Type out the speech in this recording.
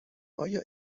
آیا